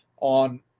on